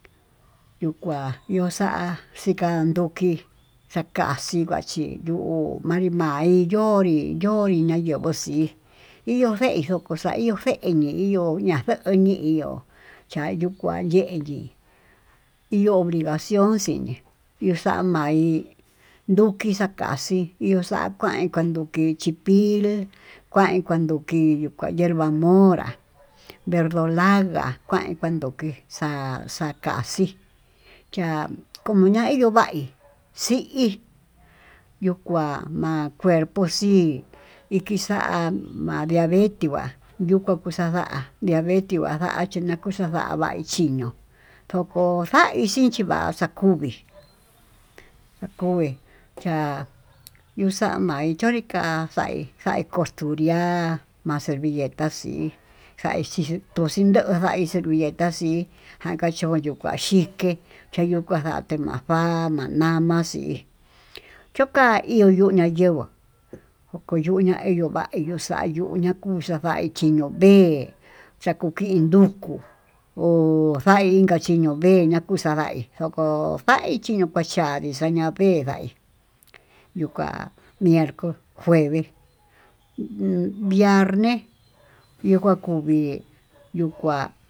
Yuu kua yuu xa'a xii, kanduki xakua xivaxii he yuu manri ma'í yo'ó yonri yonrí nayenguo xii iho xei xoxoxa'a iho xeí xe'e iñoña xeí ñei hi yo yayuu kuá yeyii, iho obligación xii ixa'i ma'í yukii xakaxí iho xakuín kuanduki chípil kuain kuanduki yuu kuá hierva mora, verdolaga kuan kuandoki xa'a xakaxí ya'a monraí nova'í xi'í yo kuá ma'a cerpo xi'í ikixa'a ma'a diaveti va'á, yukua kuxada'a yaveti vanda chinakuxa nda'a vaí chiño'o xokoxaí chinchi va'a xakuuvi xakuuvi cha'a yoxama'í chonrika'a, xaí xaí koxtunría ha ma'a servilleta chí, xaichí toxhindo xaí servilletá xii akachoyo kuaxhii chike xayuu kanate ma'a va'a manama xii choka'a iho yuu ñayenguá koyuña eyovaí yoxaí yuu ñ'a kuxhia yaí chiño'o vee chakuki iin ndukuu ho xa'í iká chiñoveña'a kuxadaí oko xaí chindo kakadi xaña'a vee ndaí yuká, mierco, jueves hu u viernes, kiká kuu vi'é yuu kuá.